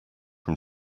from